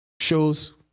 shows